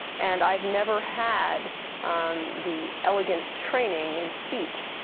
and i've never had the elegant training in speech,